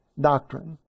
doctrine